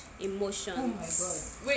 Emotions